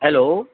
hello